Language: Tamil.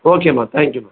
ஓகேம்மா தேங்க்யூம்மா